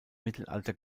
mittelalter